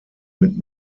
mit